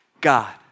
God